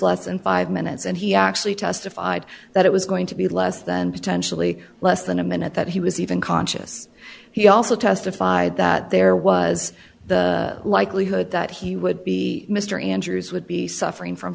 less than five minutes and he actually testified that it was going to be less than potentially less than a minute that he was even conscious he also testified that there was the likelihood that he would be mr andrews would be suffering from